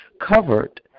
covered